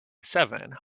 seven